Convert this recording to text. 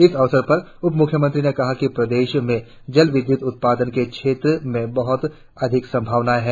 इस अवसर पर उप मुख्यमंत्री ने कहा कि प्रदेश में जल विद्युत उत्पादन के क्षेत्र में बहुत अधिक संभावनाए है